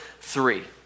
three